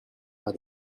but